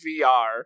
VR